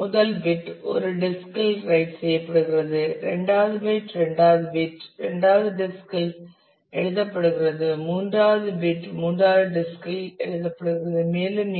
முதல் பிட் ஒரு டிஸ்க் இல் ரைட் செய்யப்படுகிறது இரண்டாவது பைட் இரண்டாவது பிட் இரண்டாவது டிஸ்க் இல் எழுதப்படுகிறது மூன்றாவது பிட் மூன்றாவது டிஸ்க் இல் எழுதப்படுகிறது மேலும்